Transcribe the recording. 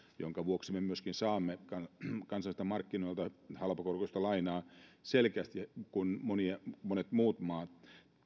minkä vuoksi me myöskin saamme kansainvälisiltä markkinoilta halpakorkoista lainaa selkeästi helpommin kuin monet muut maat